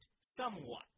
somewhat